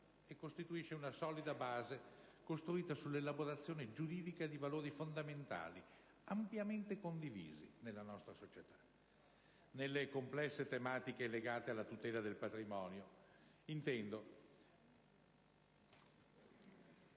e costituisce una solida base costruita sull'elaborazione giuridica di valori fondamentali ampiamente condivisi nella nostra società. Nelle complesse tematiche legate alla tutela del patrimonio, intendo